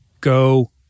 go